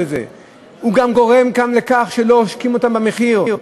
זה גם גורם לכך שלא עושקים אותם במחיר,